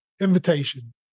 invitation